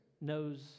knows